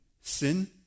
Sin